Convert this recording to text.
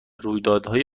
رویدادهای